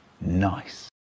Nice